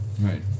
Right